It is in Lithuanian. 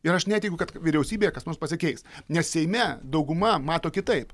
ir aš netikiu kad vyriausybėje kas nors pasikeis nes seime dauguma mato kitaip